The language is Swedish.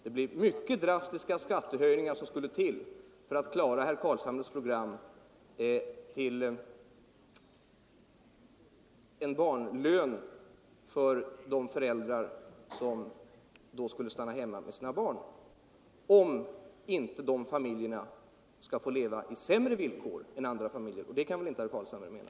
Det skall då till mycket drastiska skattehöjningar för att klara herr Carlshamres program, med barnlön för de föräldrar som då skulle stanna hemma hos sina barn, om inte de familjerna skulle behöva leva i sämre villkor än andra familjer. — Och det kan väl inte herr Carlshamre mena?